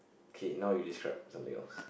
okay now you describe something else